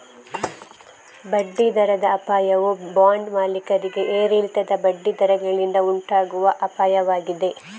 ಬಡ್ಡಿ ದರದ ಅಪಾಯವು ಬಾಂಡ್ ಮಾಲೀಕರಿಗೆ ಏರಿಳಿತದ ಬಡ್ಡಿ ದರಗಳಿಂದ ಉಂಟಾಗುವ ಅಪಾಯವಾಗಿದೆ